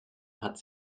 hat